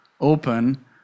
open